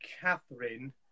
Catherine